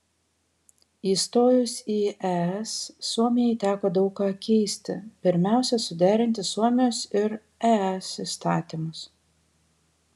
įstojus į es suomijai teko daug ką keisti pirmiausia suderinti suomijos ir es įstatymus